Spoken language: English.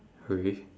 really